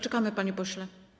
Czekamy, panie pośle.